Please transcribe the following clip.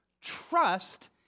Trust